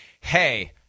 Hey